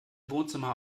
wohnzimmer